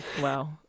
Wow